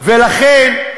ולכן,